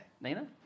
Nina